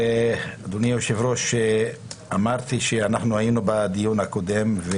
אדוני היושב-ראש, אמרתי שאנחנו היינו בדיון הקודם.